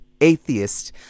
atheist